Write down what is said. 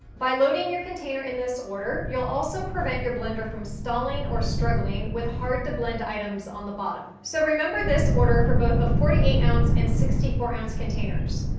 by loading your container in this order you'll also prevent your blender from stalling or struggling with hard to blend items on the bottom. so, remember this order for both the forty eight ounce and sixty four ounce containers.